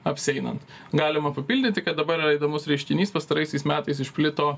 apsieinant galima papildyti kad dabar yra įdomus reiškinys pastaraisiais metais išplito